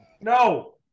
No